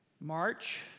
March